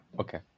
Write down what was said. Okay